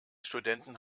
studenten